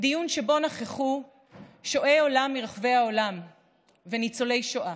דיון שבו נכחו שועי עולם מרחבי העולם וניצולי שואה.